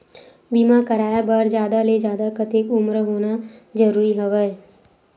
बीमा कराय बर जादा ले जादा कतेक उमर होना जरूरी हवय?